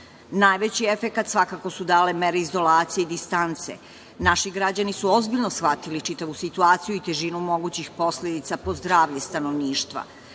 Najveći efekat svakako su dale mere izolacije i distance. Naši građani su ozbiljno shvatili čitavu situaciju i težinu mogućih posledica po zdravlje stanovništva.